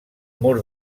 mur